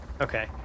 Okay